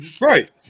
Right